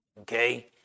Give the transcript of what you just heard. Okay